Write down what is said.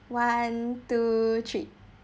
one two three